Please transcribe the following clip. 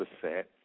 percent